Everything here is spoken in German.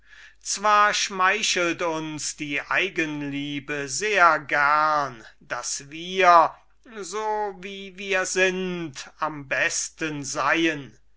eigenliebe schmeichelt uns zwar sehr gerne daß wir so wie wir sind am besten sind